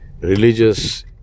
religious